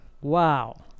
Wow